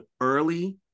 early